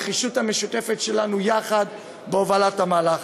הנחישות המשותפת שלנו יחד בהובלת המהלך,